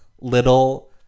little